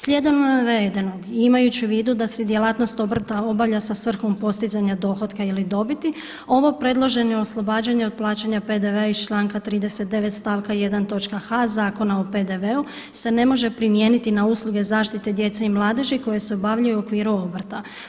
Slijedom navedenog i imajući u vidu da se djelatnost obrta obavlja sa svrhom postizanja dohotka ili dobiti, ovo predloženo oslobađanje od plaćanja PDV-a iz članka 39. stavka 1. točka h Zakona o PDV-u se ne može primijeniti na usluge zaštite djece i mladeži koje se obavljaju u okviru obrta.